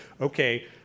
okay